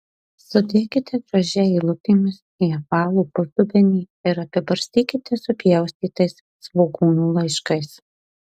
sudėkite gražiai eilutėmis į apvalų pusdubenį ir apibarstykite supjaustytais svogūnų laiškais